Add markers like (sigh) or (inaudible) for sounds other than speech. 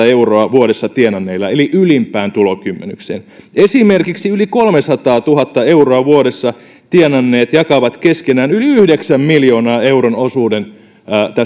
(unintelligible) euroa vuodessa tienanneille eli ylimpään tulokymmenykseen esimerkiksi yli kolmesataatuhatta euroa vuodessa tienanneet jakavat keskenään yli yhdeksän miljoonan euron osuuden